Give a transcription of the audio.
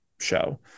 show